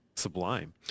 sublime